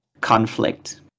conflict